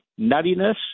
nuttiness